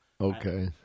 Okay